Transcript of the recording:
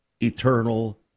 eternal